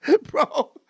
Bro